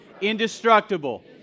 indestructible